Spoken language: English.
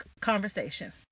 Conversation